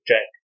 Jack